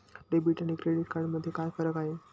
Debit आणि credit card मध्ये काय फरक आहे?